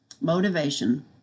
motivation